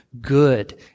good